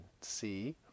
see